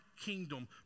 kingdom